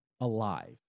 alive